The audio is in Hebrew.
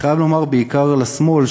אני חייב לומר בעיקר לשמאל,